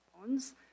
phones